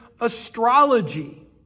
astrology